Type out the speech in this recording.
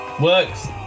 works